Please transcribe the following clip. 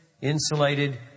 insulated